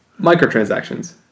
microtransactions